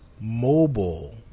mobile